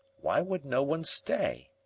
why would no one stay?